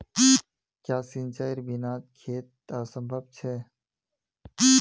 क्याँ सिंचाईर बिना खेत असंभव छै?